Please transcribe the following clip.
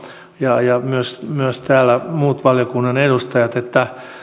ja ja myös myös muut valiokunnan edustajat täällä